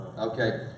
okay